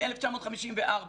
מ-1954.